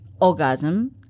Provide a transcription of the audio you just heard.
orgasm